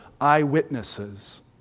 eyewitnesses